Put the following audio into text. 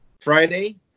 friday